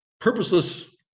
purposeless